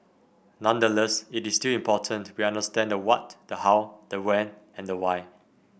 nonetheless it is still important we understand the what the how the when and the why